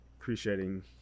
Appreciating